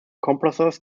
compressors